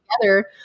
together